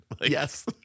Yes